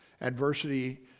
adversity